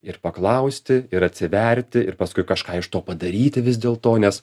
ir paklausti ir atsiverti ir paskui kažką iš to padaryti vis dėlto nes